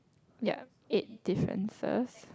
ya eight differences